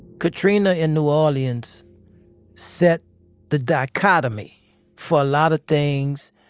katrina in new orleans set the dichotomy for a lot of things.